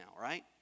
right